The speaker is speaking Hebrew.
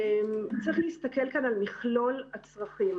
צריך להסתכל כאן על מכלול הצרכים.